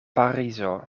parizo